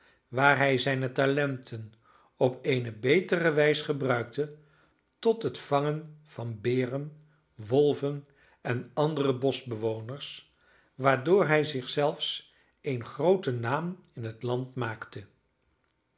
waar hij zijne talenten op eene betere wijs gebruikte tot het vangen van beren wolven en andere boschbewoners waardoor hij zich zelfs een grooten naam in het land maakte